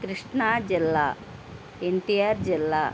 కృష్ణాజిల్లా ఎన్టీఆర్ జిల్లా